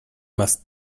must